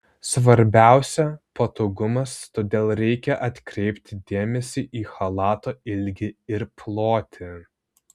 svarbiausia patogumas todėl reikia atkreipti dėmesį į chalato ilgį ir plotį